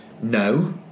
No